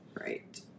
Right